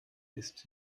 ist